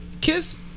Kiss